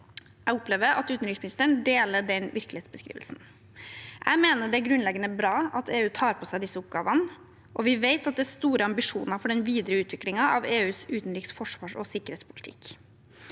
Jeg opplever at utenriksministeren deler den virkelighetsbeskrivelsen. Jeg mener det er grunnleggende bra at EU tar på seg disse oppgavene, og vi vet at det er store ambisjoner for den videre utviklingen av EUs utenriks-, forsvars- og sikkerhetspolitikk.